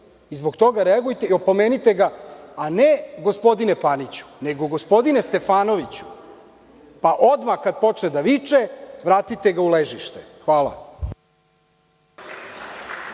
i zbog toga reagujte i opomenite ga, a ne – gospodine Paniću, nego gospodine Stefanoviću, pa kada počne da viče vratite ga u ležište. Hvala.